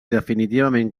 definitivament